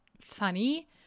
funny